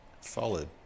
Solid